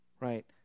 right